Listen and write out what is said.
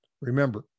Remember